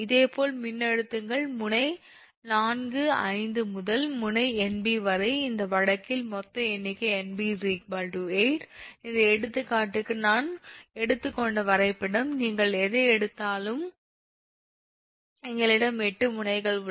இதேபோல் மின்னழுத்தங்கள் முனை 4 5 முதல் முனை 𝑁𝐵 வரை இந்த வழக்கில் மொத்த எண்ணிக்கை 𝑁𝐵 8 இந்த எடுத்துக்காட்டுக்கு நான் எடுத்துக் கொண்ட வரைபடம் நீங்கள் எதை எடுத்தாலும் எங்களிடம் 8 முனைகள் உள்ளன